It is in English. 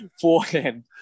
Forehand